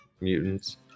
mutants